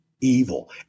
evil